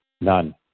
None